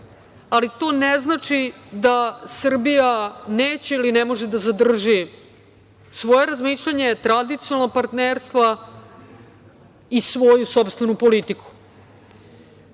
EU. To ne znači da Srbija neće ili ne može da zadrži svoje razmišljanje, tradicionalno partnerstvo i svoju sopstvenu politiku.